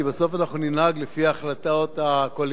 כי בסוף אנחנו ננהג לפי ההחלטות הקואליציוניות,